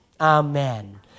Amen